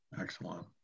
Excellent